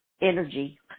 energy